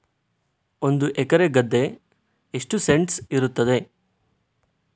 ಒಂದು ಎಕರೆ ಗದ್ದೆ ಎಷ್ಟು ಸೆಂಟ್ಸ್ ಇರುತ್ತದೆ?